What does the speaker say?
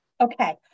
Okay